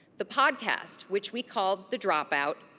the podcast, which we called the dropout,